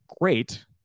great